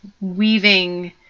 weaving